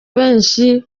benshi